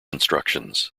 instructions